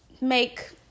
make